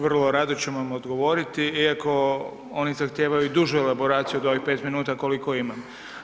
Vrlo rado ću vam odgovoriti iako oni zahtijevaju dužu elaboraciju od ovih 5 minuta koliko imam.